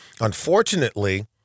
unfortunately